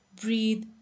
breathe